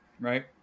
right